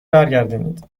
برگردانید